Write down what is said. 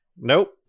Nope